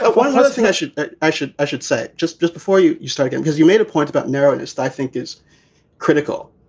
ah one other thing i should i should i should say just just before you you strike, and because you made a point about narrowness. i think is critical.